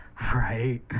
right